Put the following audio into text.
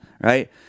right